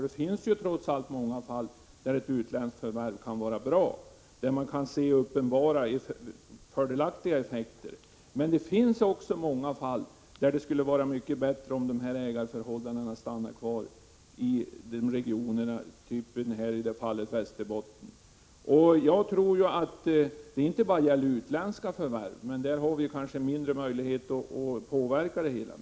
Det finns många fall där ett utländskt förvärv kan vara bra och där man kan se uppenbara fördelaktiga effekter. Men det finns också många fall där det skulle vara mycket bättre om ägandet stannade kvar inom regionen, i det här fallet Västerbotten. Jag tror att det inte bara gäller utländska förvärv, men där har vi kanske mindre möjligheter att påverka det hela.